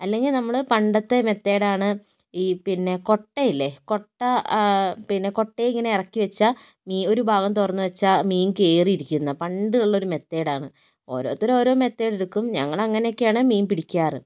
അല്ലെങ്കിൽ നമ്മൾ പണ്ടത്തെ മെത്തേഡ് ആണ് ഈ പിന്നെ കൊട്ടയില്ലേ കൊട്ട പിന്നെ കൊട്ടയിങ്ങനെ ഇറക്കി വെച്ചാൽ ഒരു ഭാഗം തുറന്ന് വെച്ചാൽ മീൻ കയറി ഇരിക്കുമെന്ന് പണ്ടുള്ള ഒരു മെത്തേഡ് ആണ് ഓരോരുത്തരും ഓരോ മെത്തേടെടുക്കും ഞങ്ങളങ്ങനെയെക്കെയാണ് മീൻ പിടിക്കാറ്